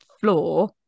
floor